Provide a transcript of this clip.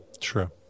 True